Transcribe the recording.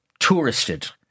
touristed